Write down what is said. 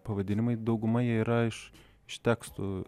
pavadinimai dauguma jie yra iš iš tekstų